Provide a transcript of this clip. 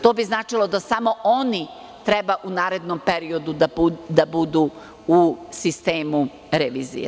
To bi značilo da samo oni treba u narednom periodu da budu u sistemu revizije.